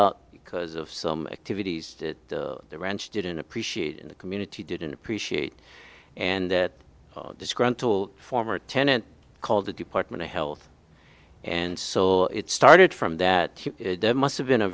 out because of some activities at the ranch didn't appreciate the community didn't appreciate and that disgruntled former tenant called the department of health and so it started from that must have been a